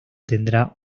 tendrá